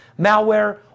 malware